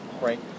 right